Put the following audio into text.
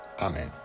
Amen